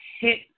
hit